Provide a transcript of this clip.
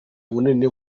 bunini